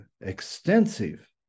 extensive